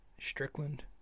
Strickland